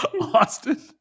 Austin